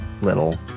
little